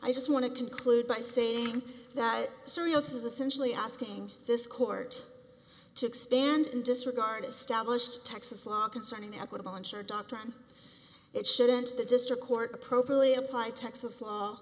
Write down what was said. i just want to conclude by saying that syria is essentially asking this court to expand and disregard established texas law concerning equitable unsure doctrine it shouldn't the district court appropriately applied texas law